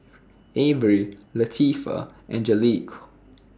Averie Latifah and Angelique